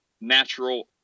natural